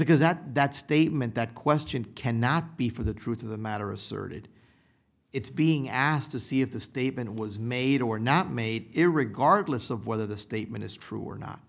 is that that statement that question cannot be for the truth of the matter asserted its being asked to see if the statement was made or not made it regardless of whether the statement is true or not